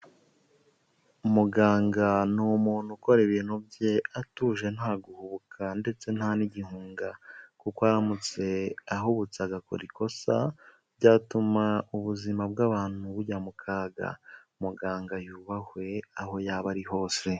Muganga ni umuntu ukora ibintu bye atuje nta guhubuka ndetse nta n'igihunga, kuko aramutse ahubutse agakora ikosa ryatuma ubuzima bw'abantu bujya mu kaga, muganga yubahwe aho yaba ari hose.